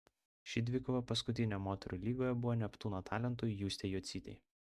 ši dvikova paskutinė moterų lygoje buvo neptūno talentui justei jocytei